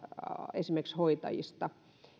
esimerkiksi hoitajista